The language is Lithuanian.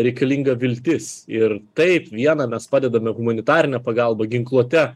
reikalinga viltis ir taip viena mes padedame humanitarine pagalba ginkluote